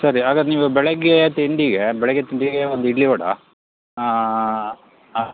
ಸರಿ ಹಾಗಾರ್ ನೀವು ಬೆಳಗ್ಗೆ ತಿಂಡಿಗೆ ಬೆಳಗ್ಗೆ ತಿಂಡಿಗೆ ಒಂದು ಇಡ್ಲಿ ವಡ ಹಾಂ